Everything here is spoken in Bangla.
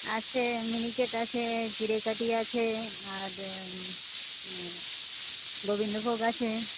আছে মিনিকেট আছে জিরেকাঠি আছে আর গোবিন্দভোগ আছে